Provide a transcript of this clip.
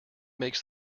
makes